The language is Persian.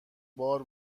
بار